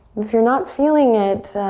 if you're not feeling it,